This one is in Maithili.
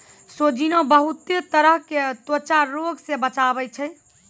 सोजीना बहुते तरह के त्वचा रोग से बचावै छै